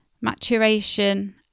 maturation